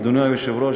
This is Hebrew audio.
אדוני היושב-ראש,